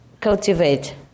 cultivate